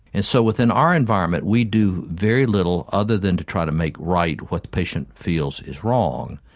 and so within our environment we do very little other than to try to make right what the patient feels is wrong,